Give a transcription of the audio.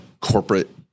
corporate